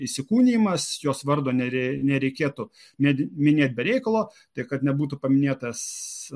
įsikūnijimas jos vardo nerei nereikėtų net minėt be reikalo tai kad nebūtų paminėtas